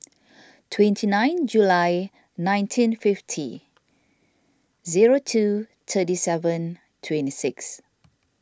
twenty nine July nineteen fifty zero two thirty seven twenty six